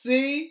See